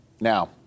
now